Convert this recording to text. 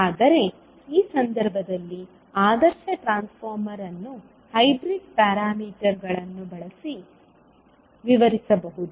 ಆದರೆ ಈ ಸಂದರ್ಭದಲ್ಲಿ ಆದರ್ಶ ಟ್ರಾನ್ಸ್ಫಾರ್ಮರ್ ಅನ್ನು ಹೈಬ್ರಿಡ್ ಪ್ಯಾರಾಮೀಟರ್ಗಳನ್ನು ಬಳಸಿ ವಿವರಿಸಬಹುದು